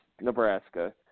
Nebraska